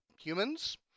humans